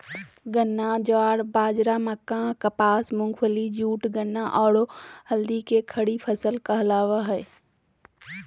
चावल, ज्वार, बाजरा, मक्का, कपास, मूंगफली, जूट, गन्ना, औरो हल्दी के खरीफ फसल कहला हइ